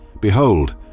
Behold